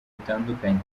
bitandukanye